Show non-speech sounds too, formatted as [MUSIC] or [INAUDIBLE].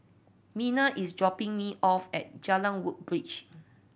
[UNINTELLIGIBLE] is dropping me off at Jalan Woodbridge